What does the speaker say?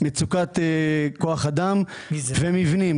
מצוקת כוח אדם ומבנים.